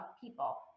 people